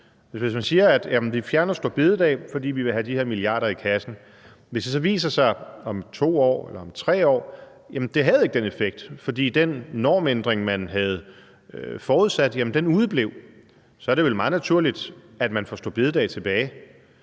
Hvis man siger, at man fjerner store bededag, fordi vi vil have de her milliarder i kassen, og det så viser sig om 2 eller 3 år, at det ikke havde den effekt, fordi den normændring, man havde forudsat, udeblev, så er det vel meget naturligt, at man får store bededag tilbage.